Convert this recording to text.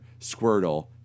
Squirtle